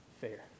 fair